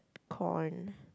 corn